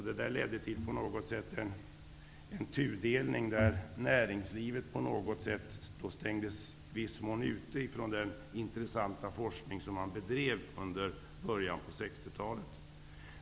Det ledde till en tudelning där näringslivet i viss mån stängdes ute från den intressanta forskning som bedrevs under början av 60-talet.